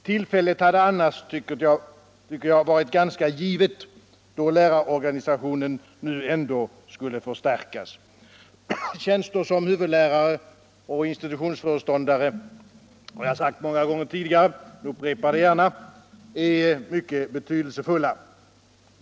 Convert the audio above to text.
Tillfället hade annars, tycker jag, varit ganska givet, då lärarorganisationen nu ändå skall förstärkas. Tjänster som huvudlärare och institutionsföreståndare — jag har sagt det många gånger tidigare och upprepar det gärna — är mycket betydelsefulla.